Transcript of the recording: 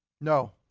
No